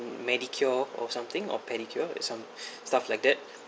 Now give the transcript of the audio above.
medicure or something or pedicure some stuff like that